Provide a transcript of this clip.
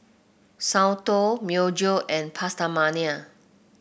Soundteoh Myojo and PastaMania